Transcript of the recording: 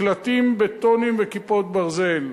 מקלטים, בטונים ו"כיפות ברזל",